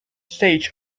stage